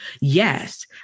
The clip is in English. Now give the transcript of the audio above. yes